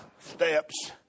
steps